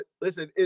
Listen